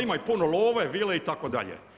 Imaju puno love, vile itd.